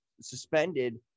suspended